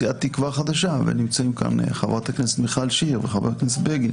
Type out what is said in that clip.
סיעת תקווה חדשה ונמצאים כאן חברת הכנסת מיכל שיר וחבר הכנסת בגין